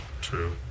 True